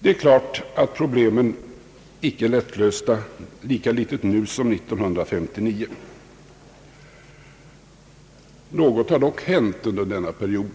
Det är klart att problemen icke är lättlösta, lika litet nu som år 1959. Något har dock hänt under denna period.